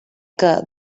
que